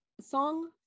song